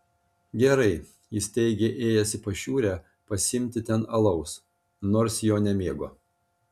gerai jis teigė ėjęs į pašiūrę pasiimti ten alaus nors jo nemėgo